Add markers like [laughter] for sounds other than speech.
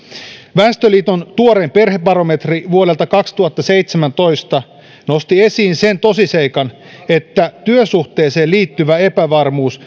väestöliiton tuorein perhebarometri vuodelta kaksituhattaseitsemäntoista nosti esiin sen vanhastaan tunnetun tosiseikan että työsuhteeseen liittyvä epävarmuus [unintelligible]